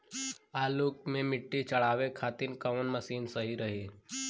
आलू मे मिट्टी चढ़ावे खातिन कवन मशीन सही रही?